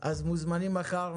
אז מוזמנים מחר.